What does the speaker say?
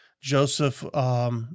Joseph